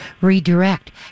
Redirect